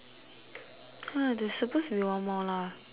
ha there is supposed to be one more lah